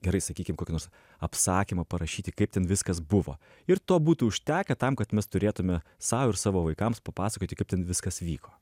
gerai sakykim kokį nors apsakymą parašyti kaip ten viskas buvo ir to būtų užtekę tam kad mes turėtume sau ir savo vaikams papasakoti kaip ten viskas vyko